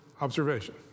observation